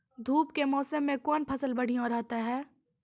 धूप के मौसम मे कौन फसल बढ़िया रहतै हैं?